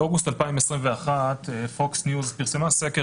באוגוסט 2021 "פוקס ניוז" פרסמה סקר